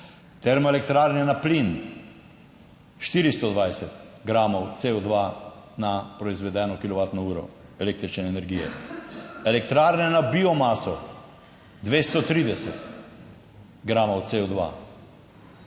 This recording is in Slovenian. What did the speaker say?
termoelektrarne na plin 420 gramov CO2 na proizvedeno kilovatno uro električne energije, elektrarne na biomaso 230 gramov CO2,